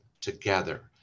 together